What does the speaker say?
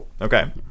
Okay